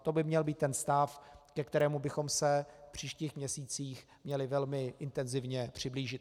To by měl být ten stav, ke kterému bychom se v příštích měsících měli velmi intenzivně přiblížit.